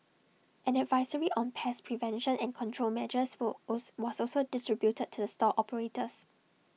an advisory on pest prevention and control measures will was also distributed to the store operators